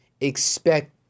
Expect